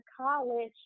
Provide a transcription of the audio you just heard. college